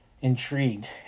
intrigued